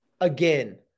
again